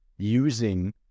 using